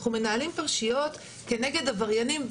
אנחנו מנהלים פרשיות נגד עבריינים,